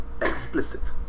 Explicit